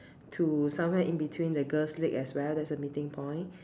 to somewhere in between the girl's leg as well that's the meeting point